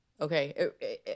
okay